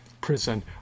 prison